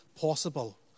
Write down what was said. possible